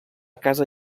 casa